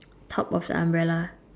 top of the umbrella